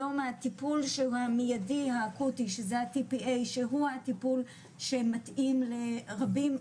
היום הטיפול המיידי האקוטי שזה ה-TPA שהוא הטיפול שמתאים לרבים,